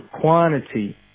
quantity